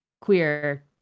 queer